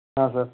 ಹಾಂ ಸರ್